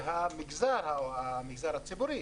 שהמגזר הציבורי